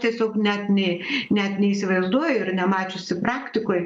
tiesiog net nė net neįsivaizduoju ir nemačiusi praktikoj